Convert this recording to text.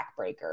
backbreaker